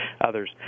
others